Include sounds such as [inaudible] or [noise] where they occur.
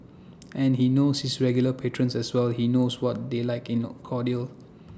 [noise] and he knows his regular patrons as well he knows what they like in [noise] cordial